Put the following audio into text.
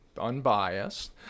unbiased